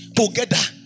together